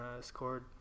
scored